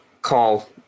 call